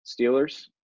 Steelers